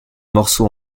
morceaux